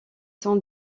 sont